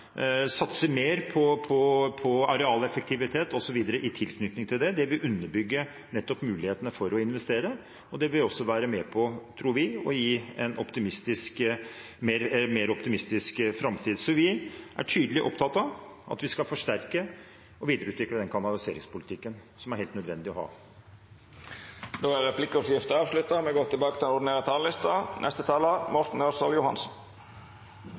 satse mer på arealeffektivitet osv. i tilknytning til dette. Det vil underbygge nettopp mulighetene for å investere, og det vil også være med på – tror vi – å gi en mer optimistisk framtid. Så vi er tydelig opptatt av at vi skal forsterke og videreutvikle den kanaliseringspolitikken som er helt nødvendig å ha. Replikkordskiftet er avslutta. Jeg er veldig glad for at vi